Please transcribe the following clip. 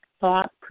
Thought